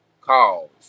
calls